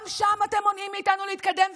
גם שם אתם מונעים מאיתנו להתקדם.